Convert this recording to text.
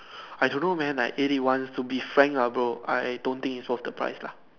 I don't know man I ate it once to be frank lah bro I I don't think it's worth the price lah